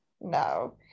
No